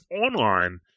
online